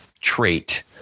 trait